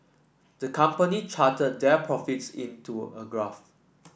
the company charted their profits in to a graph